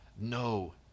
no